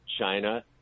China